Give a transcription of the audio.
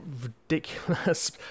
ridiculous